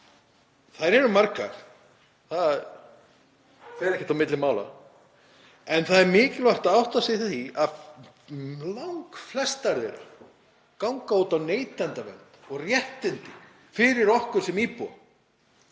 Þær eru margar. Það fer ekkert á milli mála. En það er mikilvægt að átta sig á því að langflestar þeirra ganga út á neytendavernd og réttindi fyrir okkur sem íbúa,